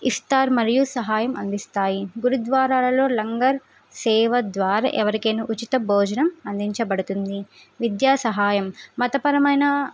ఇస్తార్ మరియు సహాయం అందిస్తాయి గురుద్వారాలలో లంగర్ సేవ ద్వారా ఎవరికైనా ఉచిత భోజనం అందించబడుతుంది విద్యా సహాయం మతపరమైన